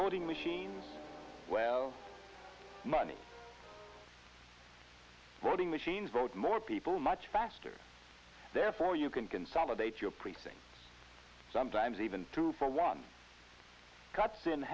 voting machines well money running machines vote more people much faster therefore you can consolidate your precinct sometimes even two for one cuts in